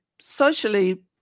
socially